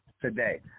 today